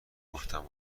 گفتم